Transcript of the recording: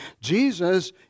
Jesus